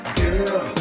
girl